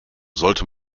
sollte